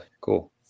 Cool